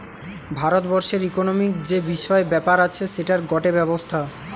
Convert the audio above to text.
ভারত বর্ষের ইকোনোমিক্ যে বিষয় ব্যাপার আছে সেটার গটে ব্যবস্থা